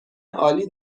عالی